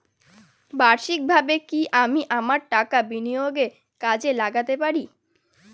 বার্ষিকভাবে কি আমি আমার টাকা বিনিয়োগে কাজে লাগাতে পারি?